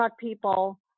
people